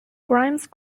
grimes